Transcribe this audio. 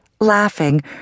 Laughing